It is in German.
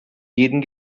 jeden